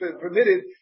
permitted